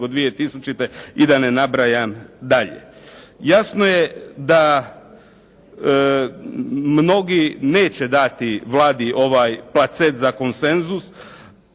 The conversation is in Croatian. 2000. i da ne nabrajam dalje. Jasno je da mnogi neće dati Vladi ovaj placet za konsenzus,